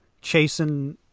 chasing